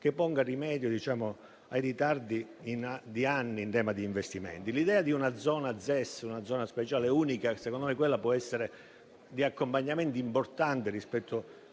che ponga rimedio a ritardi di anni in tema di investimenti. L'idea di una ZES unica, una zona economica speciale unica, può essere di accompagnamento importante rispetto